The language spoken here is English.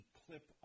clip